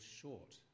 short